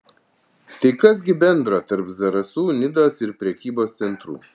tai kas gi bendro tarp zarasų nidos ir prekybos centrų